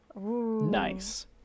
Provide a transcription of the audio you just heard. Nice